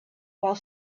while